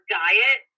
diet